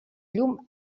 llum